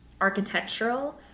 architectural